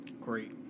Great